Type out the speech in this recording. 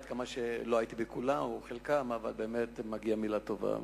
לא הייתי בכולם אבל מגיעה מלה טובה,